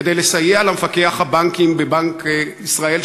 כדי לסייע למפקח על הבנקים בבנק ישראל,